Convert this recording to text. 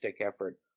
effort